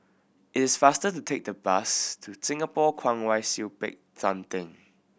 it is faster to take the bus to Singapore Kwong Wai Siew Peck San Theng